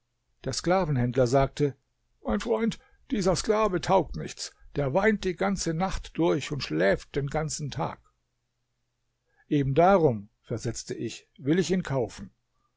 der sklavenhändler sagte mein freund dieser sklave taugt nichts der weint die ganze nacht durch und schläft den ganzen tag eben darum versetzte ich will ich ihn kaufen